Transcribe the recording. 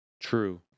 True